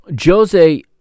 Jose